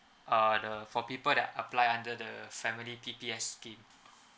uh the for people that apply under the family T_P_S scheme